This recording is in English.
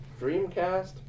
Dreamcast